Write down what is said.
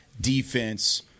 defense